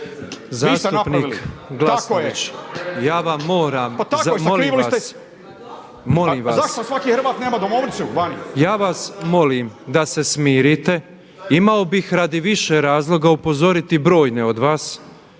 svaki Hrvat nema domovnicu?/… Molim vas! Ja vas molim da se smirite. Imao bih radi više razloga upozoriti brojne od vas,